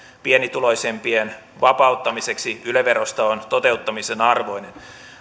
pienituloisempien vapauttamiseksi yle verosta on toteuttamisen arvoinen